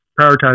prioritize